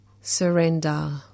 surrender